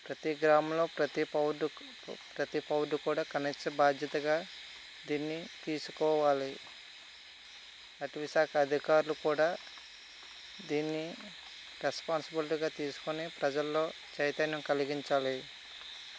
ప్రతీ గ్రామంలో ప్రతీ పౌరుడు ప్రతీ పౌరుడు కూడా కనీస బాధ్యతగా దీన్ని తీసుకోవాలి అటవీశాఖ అధికారులు కూడా దీన్ని రెస్పాన్స్బులిటీగా తీసుకుని ప్రజల్లో చైతన్యం కలిగించాలి